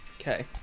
Okay